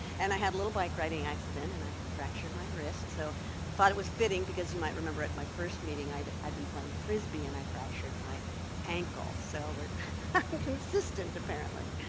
and i had a little bike riding accident and i fractured my wrist so i thought it was fitting because you might remember at my first meeting, i'd i'd been playing frisbee and i fractured my ankle so we're consistent apparently.